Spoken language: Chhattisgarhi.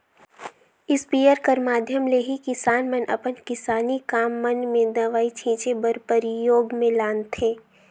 इस्पेयर कर माध्यम ले ही किसान मन अपन किसानी काम मन मे दवई छीचे बर परियोग मे लानथे